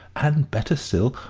and, better still,